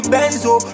Benzo